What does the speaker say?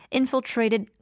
infiltrated